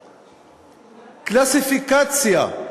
קלסיפיקציה,